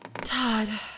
Todd